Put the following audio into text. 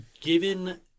given